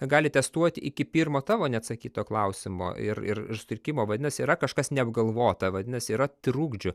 gali testuoti iki pirmo tavo neatsakyto klausimo ir ir ir sutrikimo vadinasi yra kažkas neapgalvota vadinasi yra trukdžių